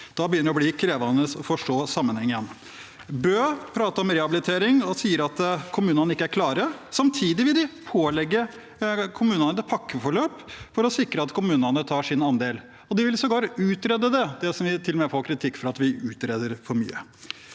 å bli krevende å forstå sammenhengen. Bøe prater om rehabilitering og sier at kommunene ikke er klare. Samtidig vil de pålegge kommunene et pakkeforløp for å sikre at kommunene tar sin andel, og de vil sågar utrede det – det som vi til og med får kritikk for, at vi utreder for mye.